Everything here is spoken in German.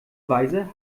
weise